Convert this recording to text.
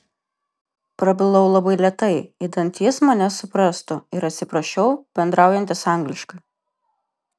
prabilau labai lėtai idant jis mane suprastų ir atsiprašiau bendraujantis angliškai